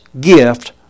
gift